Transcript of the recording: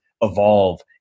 evolve